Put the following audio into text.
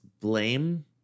blame